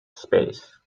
space